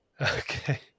Okay